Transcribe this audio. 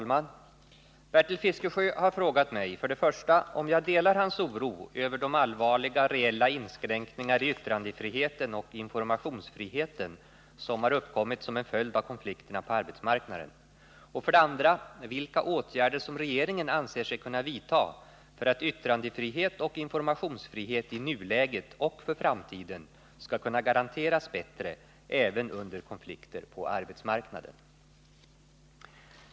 Fru talman! Bertil Fiskesjö har frågat mig 1. om jag delar hans oro över de allvarliga reella inskränkningar i yttrandefriheten och informationsfriheten som har uppkommit som en följd av konflikterna på arbetsmarknaden och 2. vilka åtgärder som regeringen anser sig kunna vidta för att yttrandefrihet och informationsfrihet i nuläget och för framtiden skall kunna garanteras bättre även under konflikter på arbetsmarknaden.